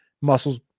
muscles